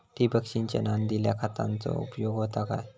ठिबक सिंचनान दिल्या खतांचो उपयोग होता काय?